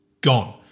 gone